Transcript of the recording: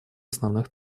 основных